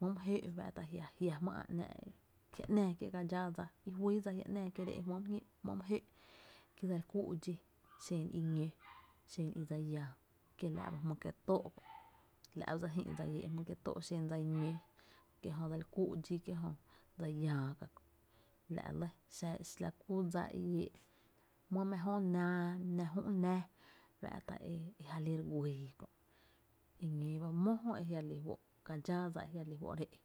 my jöö e fá’ta´jia’ jmýy ä’ ‘nⱥⱥ kié’ ka dxáá dsa ijuyy ddsa jia’ ‘náá kié’ e re ée’ jmý’ my jöö’ ki dse lio kúu’ dxí, xen i ñó, xen i dse llⱥⱥ´kiela’ ba jmý’ kié’ tóó’ kö’, kiela’ ba dse jï’ dsa i éé’ jmý’ kié’ tóó’, xen dsa i ñó ejö dseli kúu’ dxí kie’ jö dse llⱥⱥ ka kö’ la lɇ, xa la kú dsa i éé’ jmý’ mⱥ jö na, jmý mⱥ jö nⱥⱥ fá’tá’ e ja li re güii kö’ eñ´´o ba mó jö e ka dxáá dsa e jia’ re lí fó’ re éé’.